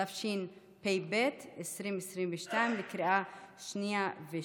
התשפ"ב 2022, בקריאה שנייה.